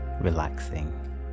relaxing